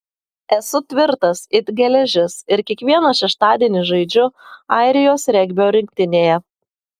esu tvirtas it geležis ir kiekvieną šeštadienį žaidžiu airijos regbio rinktinėje